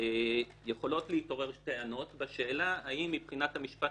יכולות להתעורר טענות בשאלה האם מבחינת המשפט